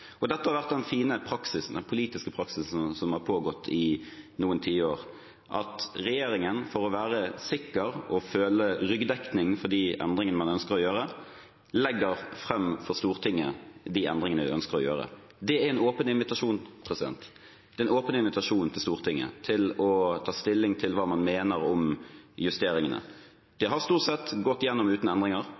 har vært den fine politiske praksisen som har pågått i noen tiår, at regjeringen – for å være sikker og føle ryggdekning for de endringene man ønsker å gjøre – legger frem for Stortinget de endringene man ønsker å gjøre. Det er en åpen invitasjon til Stortinget til å ta stilling til hva man mener om justeringene. Det har stort sett gått igjennom uten endringer,